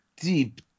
deep